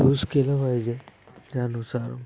use केलं पाहिजे त्यानुसार